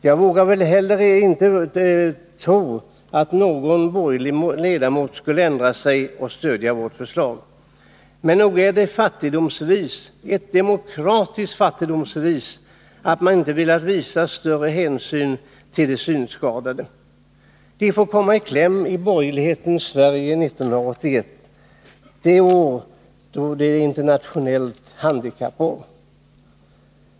Jag vågar väl inte heller tro att någon borgerlig ledamot skall ändra sig och stödja vårt förslag. Men nog är det ett fattigdomsbevis— ett demokratiskt fattigdomsbevis — att maninte har velat visa större hänsyn till de synskadade. De får komma i kläm i borgerlighetens Sverige 1981 — det år då det är internationellt handikappår.